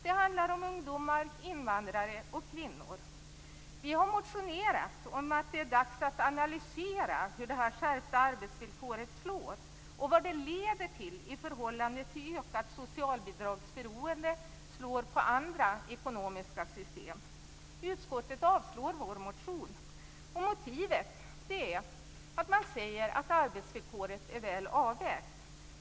Det handlar om ungdomar, invandrare och kvinnor. Vänsterpartiet har motionerat om att det är dags att analysera hur det skärpta arbetsvillkoret slår och vad det leder till i förhållande till ökat socialbidragsberoende samt hur det slår på andra ekonomiska system. Utskottet avslår vår motion. Motivet är att man säger att arbetsvillkoret är väl avvägt.